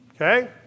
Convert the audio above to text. Okay